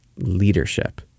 leadership